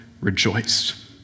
rejoiced